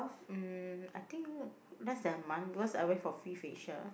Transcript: um I think less than a month because I went for free facial